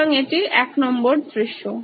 সুতরাং এটি ১নং দৃশ্য